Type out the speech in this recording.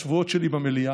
בנגב.